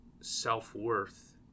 self-worth